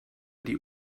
die